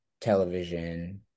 television